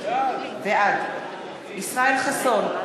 בעד ישראל חסון,